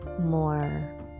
more